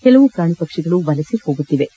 ಕೆಲವು ಪ್ರಾಣಿ ಪಕ್ಷಿಗಳು ವಲಸೆ ಹೋಗುತ್ತಿವೆ